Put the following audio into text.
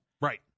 right